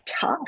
tough